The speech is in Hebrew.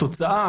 התוצאה,